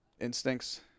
instincts